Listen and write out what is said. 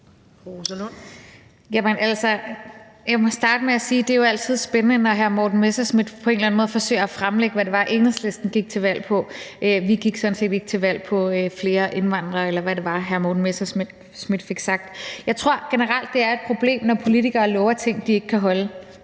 jeg må starte med at sige, at det jo altid er spændende, når hr. Morten Messerschmidt på en eller anden måde forsøger at fremlægge, hvad det var, Enhedslisten gik til valg på. Vi gik sådan set ikke til valg på flere indvandrere, eller hvad det var, hr. Morten Messerschmidt fik sagt. Jeg tror, det generelt er et problem, når politikere lover ting, de ikke kan holde